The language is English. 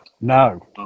No